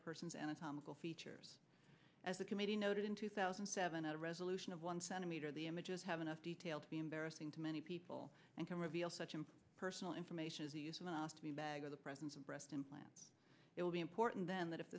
a person's anatomical features as a committee noted in two thousand and seven a resolution of one centimeter the images have enough detail to be embarrassing to many people and can reveal such a personal information is easy enough to be a bag of the presence of breast implant it will be important then that if